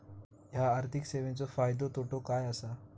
हया आर्थिक सेवेंचो फायदो तोटो काय आसा?